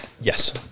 Yes